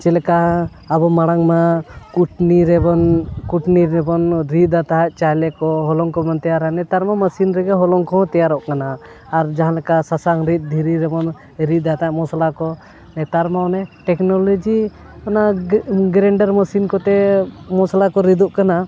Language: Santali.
ᱪᱮᱫ ᱞᱮᱠᱟ ᱟᱵᱚ ᱢᱟᱲᱟᱝᱼᱢᱟ ᱠᱩᱴᱱᱤ ᱨᱮᱵᱚᱱ ᱠᱩᱴᱱᱤ ᱨᱮᱵᱚᱱ ᱨᱤᱫ ᱛᱟᱦᱮᱫ ᱪᱟᱣᱞᱮ ᱠᱚ ᱦᱚᱞᱚᱝ ᱠᱚᱵᱚᱱ ᱛᱮᱭᱟᱨᱟ ᱱᱮᱛᱟᱨᱢᱟ ᱢᱮᱥᱤᱱ ᱨᱮᱜᱮ ᱦᱚᱞᱚᱝ ᱠᱚᱦᱚᱸ ᱛᱮᱭᱟᱨᱚᱜ ᱠᱟᱱᱟ ᱟᱨ ᱡᱟᱦᱟᱸᱞᱮᱠᱟ ᱥᱟᱥᱟᱝ ᱨᱤᱫ ᱫᱷᱤᱨᱤ ᱨᱮᱵᱚᱱ ᱨᱤᱫᱟ ᱛᱟᱦᱮᱸᱜ ᱢᱚᱥᱞᱟ ᱠᱚ ᱱᱮᱛᱟᱨᱢᱟ ᱚᱱᱮ ᱴᱮᱠᱱᱳᱞᱚᱡᱤ ᱚᱱᱟ ᱜᱨᱮᱱᱰᱟᱨ ᱢᱟᱥᱤᱱ ᱠᱚᱛᱮ ᱢᱚᱥᱞᱟ ᱠᱚ ᱨᱤᱫᱚᱜ ᱠᱟᱱᱟ